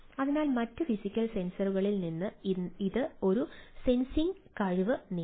അതിനാൽ മറ്റ് ഫിസിക്കൽ സെൻസറുകളിൽ നിന്ന് ഇത് ഒരു സെൻസിംഗ് കഴിവ് നേടി